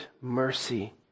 mercy